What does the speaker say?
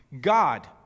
God